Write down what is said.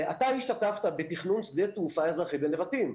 אתה השתתפת בתכנון שדה תעופה אזרחי בנבטים,